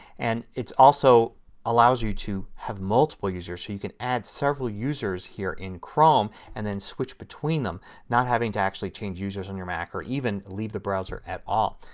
and also allows you to have multiple users so you can add several users here in chrome and then switch between them not having to actually change users on your mac or even leave the browser at all.